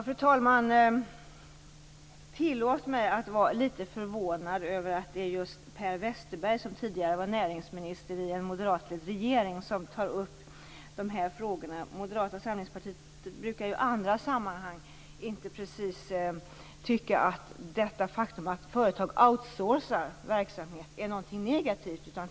Fru talman! Tillåt mig vara litet förvånad över att just Per Westerberg, tidigare näringsminister i en moderatledd regering, tar upp de här frågorna. Moderata samlingspartiet brukar ju i andra sammanhang inte precis tycka att det faktum att företag ägnar sig åt outsourcing av verksamhet är någonting negativt.